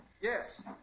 Yes